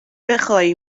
بخوای